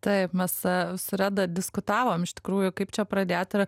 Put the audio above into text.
taip mes su reda diskutavom iš tikrųjų kaip čia pradėt ir